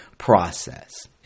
Process